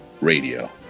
radio